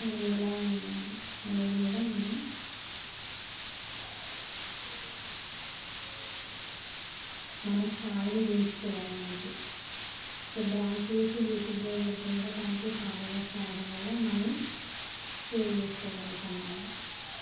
మనం ఎలా ఉన్నాం అనేది కూడా మన మన స్థాయిని పెంచుతాయి అవి అనేటివి ఇప్పుడు డాన్స్ వేసి యూట్యూబ్లో పెడితే కూడా దానికి ఫాలోవర్స్ రావడం వల్ల మనీ సేవ్ చేసుకోగలుగుతాం మనం